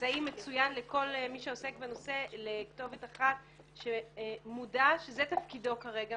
אמצעי מצוין לכל מי שעוסק בנושא לכתובת אחת שמודע שזה תפקידו כרגע,